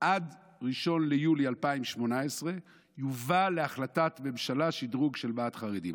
שעד 1 ביולי 2018 יובא להחלטת ממשלה שדרוג של מה"ט חרדים.